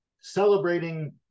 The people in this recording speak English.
celebrating